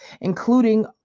including